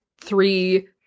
three